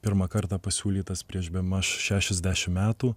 pirmą kartą pasiūlytas prieš bemaž šešiasdešimt metų